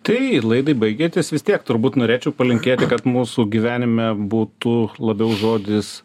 tai laidai baigiantis vis tiek turbūt norėčiau palinkėti kad mūsų gyvenime būtų labiau žodis